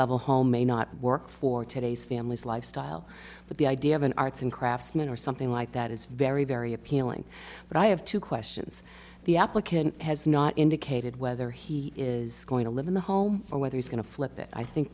level home may not work for today's family's lifestyle but the idea of an arts and crafts man or something like that is very very appealing but i have two questions the applicant has not indicated whether he is going to live in the home or whether he's going to flip it i think